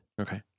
Okay